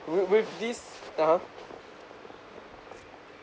with with these ah ha